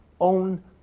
own